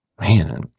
man